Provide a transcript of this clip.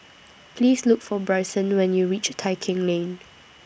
Please Look For Brycen when YOU REACH Tai Keng Lane